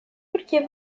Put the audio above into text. porque